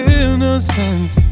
innocence